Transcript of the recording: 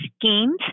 schemes